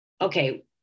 okay